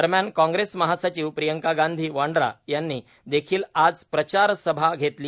दरम्यान कांग्रेसच्या महासचिव प्रियंका गांधी वाड्रा यांनी देखील आज प्रचार सभा घेतली